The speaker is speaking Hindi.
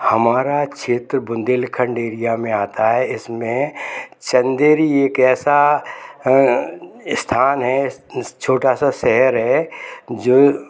हमारा क्षेत्र बुंदेलखंड एरिया में आता है इसमें चंदेरी एक ऐसा अ स्थान है छोटा सा शहर है जो